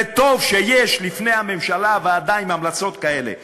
וטוב שיש לפני הממשלה ועדה עם המלצות כאלה.